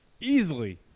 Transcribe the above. easily